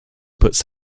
puts